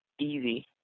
easy